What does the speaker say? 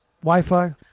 Wi-Fi